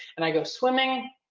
and i go swimming?